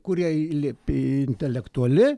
kuriai liepi intelektuali